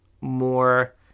more